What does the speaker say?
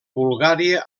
bulgària